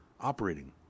operating